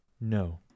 No